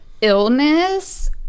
illness